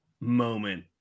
moment